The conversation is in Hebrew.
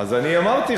אז אני אמרתי,